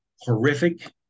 horrific